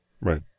Right